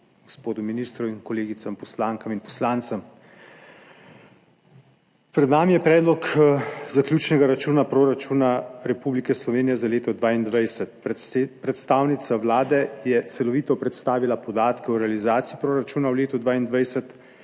gospodu ministru in kolegicam poslankam in poslancem! Pred nami je Predlog zaključnega računa proračuna Republike Slovenije za leto 2022. Predstavnica Vlade je celovito predstavila podatke o realizaciji proračuna v letu 2022.